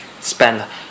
spend